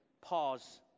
Pause